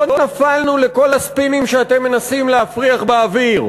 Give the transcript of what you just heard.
לא נפלנו לכל הספינים שאתם מנסים להפריח באוויר,